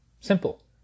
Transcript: Simple